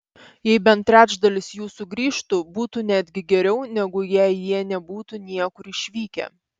jei bent trečdalis jų sugrįžtų būtų netgi geriau negu jei jie nebūtų niekur išvykę